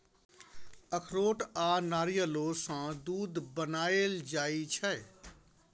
अखरोट आ नारियलो सँ दूध बनाएल जाइ छै